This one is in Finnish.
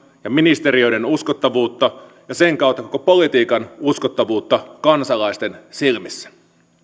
ja ministeriöiden uskottavuutta ja sen kautta koko politiikan uskottavuutta kansalaisten silmissä